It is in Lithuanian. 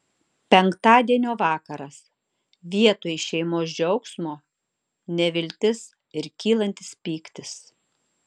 penktadienio vakaras vietoj šeimos džiaugsmo neviltis ir kylantis pyktis